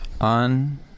On